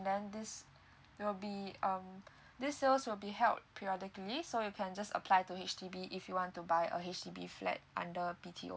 then this it will be um this sales will be held periodically so you can just apply to H_D_B if you want to buy a H_D_B flat under B_T_O